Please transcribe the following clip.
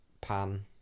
pan